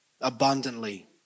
abundantly